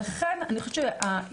לכן יש לזה אמירה של ממש.